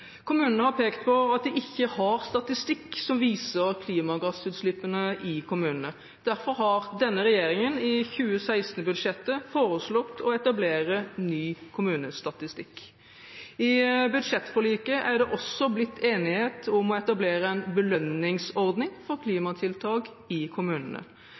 Kommunene har pekt på at de ikke har statistikk som viser klimagassutslippene i kommunene. Derfor har denne regjeringen i 2016-budsjettet foreslått å etablere ny kommunestatistikk. I budsjettforliket er det også blitt enighet om å etablere en belønningsordning for klimatiltak i kommunene.